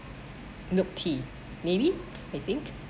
nope tea maybe I think